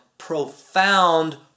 Profound